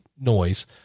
noise